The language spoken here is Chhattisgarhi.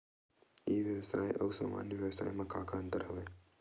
ई व्यवसाय आऊ सामान्य व्यवसाय म का का अंतर हवय?